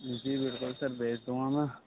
جی بالکل سر بھیج دوں گا میں